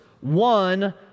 one